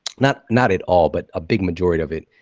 not not it all but a big majority of it.